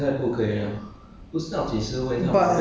yeah social distancing